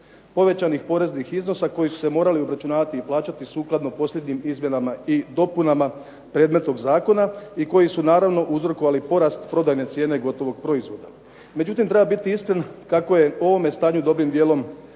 povećanih poreznih iznosa koji su se morali obračunavati i plaćati sukladno posljednjim izmjenama i dopunama predmetnog zakona i koji su naravno uzrokovali porast prodajne cijene gotovog proizvoda. Međutim, treba biti iskren kako je ovome stanju dobrim dijelom